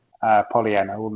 Pollyanna